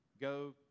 go